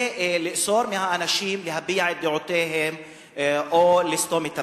לאסור על אנשים להביע את דעותיהם או לסתום את הפיות.